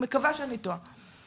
אני מקווה שאני טועה.